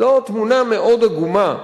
זו תמונה מאוד עגומה.